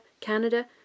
Canada